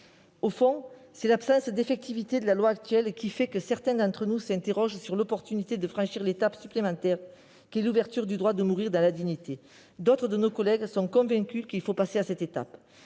Au fond, c'est l'absence d'effectivité de la loi actuelle qui fait que certains d'entre nous s'interrogent sur l'opportunité de franchir l'étape supplémentaire qu'est l'ouverture du droit de mourir dans la dignité. D'autres de nos collègues sont convaincus qu'il faut passer à cette étape